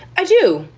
i do.